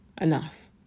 Enough